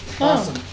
Awesome